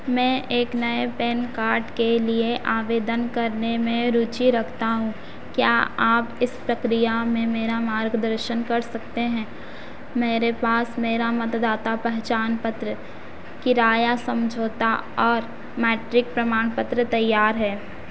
मैं एक नए पैन कार्ड के लिए आवेदन करने में रुचि रखता हूँ क्या आप इस प्रक्रिया में मेरा मार्गदर्शन कर सकते हैं मेरे पास मेरा मतदाता पहचान पत्र किराया समझौता और मैट्रिक प्रमाणपत्र तैयार है